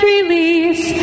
release